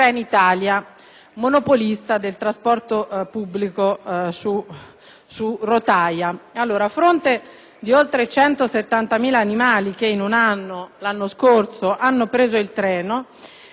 su rotaia. A fronte di oltre 170.000 animali che lo scorso anno hanno preso il treno, ieri vi è stata la presentazione da parte di Trenitalia e di Ferrovie dello Stato